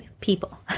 people